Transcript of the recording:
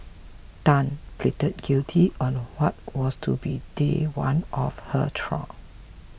tan pleaded guilty on what was to be day one of her trial